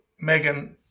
megan